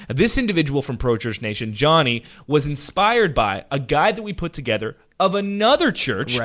and this individual from pro church nation, johnny, was inspired by a guide that we put together, of another church. right.